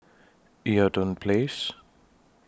Eaton Place